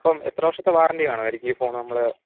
അപ്പം എത്ര വര്ഷത്തെ വാറന്റി കാണുമായിരിക്കും ഈ ഫോണ് നമ്മൾ